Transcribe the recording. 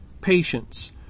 patience